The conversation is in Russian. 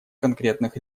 конкретных